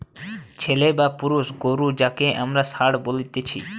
ছেলে বা পুরুষ গরু যাঁকে আমরা ষাঁড় বলতেছি